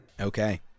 Okay